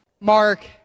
Mark